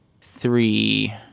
three